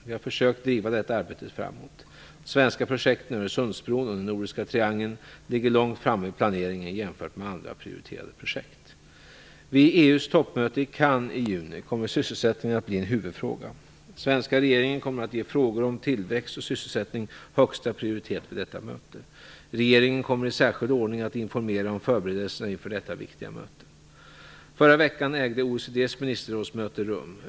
Vi har försökt driva detta arbete framåt. De svenska projekten - Öresundsbron och "den nordiska triangeln" - ligger långt framme i planeringen jämfört med andra prioriterade projekt. Vid EU:s toppmöte i Cannes i juni kommer sysselsättningen att bli en huvudfråga. Den svenska regeringen kommer att ge frågor om tillväxt och sysselsättning högsta prioritet vid detta möte. Regeringen kommer i särskild ordning att informera om förberedelserna inför detta viktiga möte. Förra veckan ägde OECD:s ministerrådsmöte rum.